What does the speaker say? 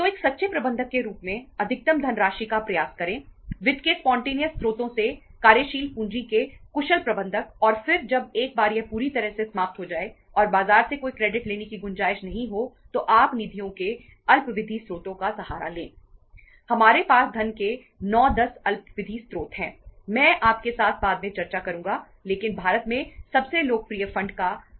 तो एक सच्चे प्रबंधक के रूप में अधिकतम धनराशि का प्रयास करें वित्त के स्पॉन्टेनियस का अल्पावधि स्रोत बैंक ऋण है